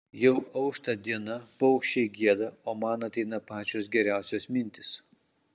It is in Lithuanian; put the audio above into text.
jau aušta diena paukščiai gieda o man ateina pačios geriausios mintys